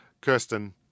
Kirsten